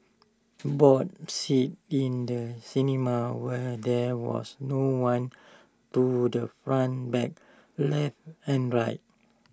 bought seats in the cinema where there was no one to the front back left and right